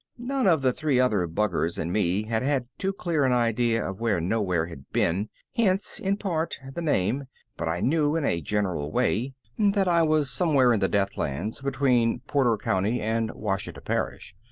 none of the three other buggers and me had had too clear an idea of where nowhere had been hence, in part, the name but i knew in a general way that i was somewhere in the deathlands between porter county and ouachita parish,